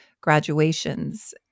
graduations